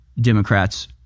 Democrats